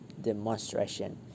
Demonstration